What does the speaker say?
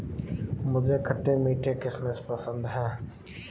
मुझे खट्टे मीठे किशमिश पसंद हैं